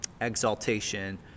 exaltation